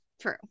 True